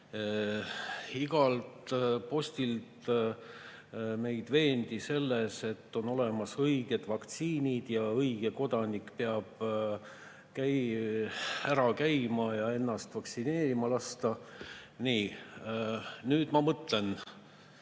igalt postilt meid veendi selles, et on olemas õiged vaktsiinid ja õige kodanik peab ära käima ja ennast vaktsineerida laskma. Nii, nüüd ma mõtlen,